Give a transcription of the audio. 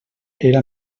era